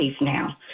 now